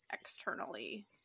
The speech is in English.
externally